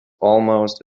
almost